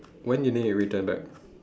when you need to return back